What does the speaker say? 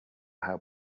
how